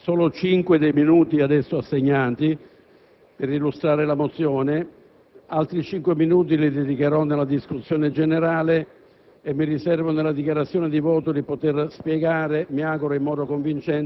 Signor Presidente, il Gruppo UDC utilizzerà solo cinque dei minuti ad esso assegnati per illustrare la mozione. Altri cinque minuti li impiegherò in sede di discussione.